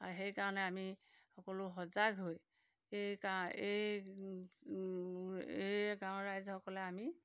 সেইকাৰণে আমি সকলো সজাগ হৈ এই গাঁৱৰ এই এই গাঁৱৰ ৰাইজসকলে আমি